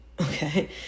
Okay